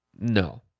No